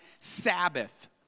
Sabbath